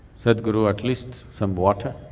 sadhguru at least some water?